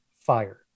fire